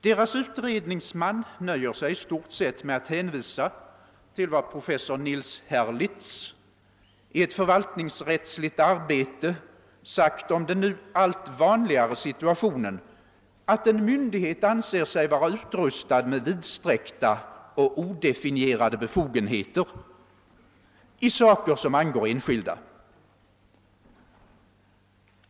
Deras utredningsman nöjer sig i stort sett med att hänvisa till vad professor Nils Herlitz i ett förvaltningsrättsligt arbete sagt om den nu allt vanligare situationen att en myndighet anser sig vara utrustad med vidsträckta och odefinierade befogenheter i saker som angår enskilda.